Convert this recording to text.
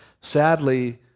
sadly